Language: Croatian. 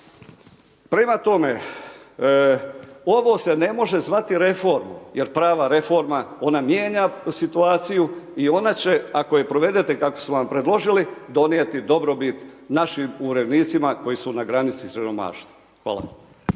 Prema tome, ovo se ne može zvati reformom jer prava reforma ona mijenja situaciju i ona će ako je provedete kako su vam predložili, donijeti dobrobit našim umirovljenicima koji su na granici siromaštva. Hvala.